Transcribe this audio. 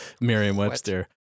Merriam-Webster